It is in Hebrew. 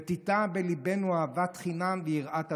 ותיטע בליבנו אהבת חינם ויראת ה',